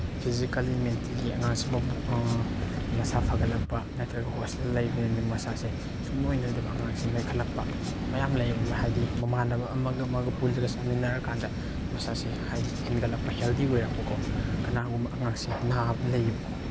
physically mentally ꯑꯉꯥꯡꯁꯤ ꯃꯁꯥ ꯐꯒꯠꯂꯛꯄ ꯅꯠꯇ꯭ꯔꯒ ꯍꯣꯁꯇꯦꯜꯗ ꯂꯩ ꯂꯩꯅ ꯃꯁꯥꯁꯦ ꯁꯨꯡꯅꯣꯏ ꯅꯣꯏꯗꯕ ꯑꯉꯥꯡꯁꯦ ꯅꯣꯏꯈꯠꯂꯛꯄ ꯃꯌꯥꯝ ꯂꯩꯌꯦꯕ ꯍꯥꯏꯗꯤ ꯃꯃꯥꯟꯅꯕ ꯑꯃꯒ ꯑꯃꯒ ꯄꯨꯜꯂꯒ ꯆꯥꯃꯤꯟꯅꯔꯀꯥꯟꯗ ꯃꯁꯥꯁꯦ ꯍꯥꯏꯗꯤ ꯍꯦꯟꯒꯠꯂꯛꯄ ꯍꯦꯜꯗꯤ ꯑꯣꯏꯔꯛꯄꯀꯣ ꯀꯅꯥꯒꯨꯝꯕ ꯑꯉꯥꯡꯁꯦ ꯅꯥꯕ ꯂꯩꯌꯦꯕꯀꯣ